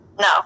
No